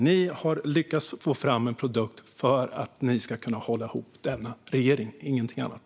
Ni har lyckats få fram en produkt för att ni ska kunna hålla ihop denna regering, ingenting annat.